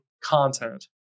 content